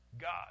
God